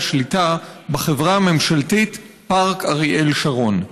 השליטה בחברה הממשלתית פארק אריאל שרון.